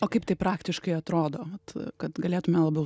o kaip tai praktiškai atrodo vat kad galėtume labiau